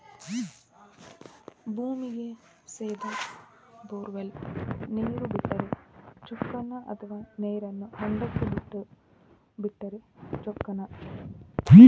ಭೂಮಿಗೆ ಸೇದಾ ಬೊರ್ವೆಲ್ ನೇರು ಬಿಟ್ಟರೆ ಚೊಕ್ಕನ ಅಥವಾ ನೇರನ್ನು ಹೊಂಡಕ್ಕೆ ಬಿಟ್ಟು ಬಿಟ್ಟರೆ ಚೊಕ್ಕನ?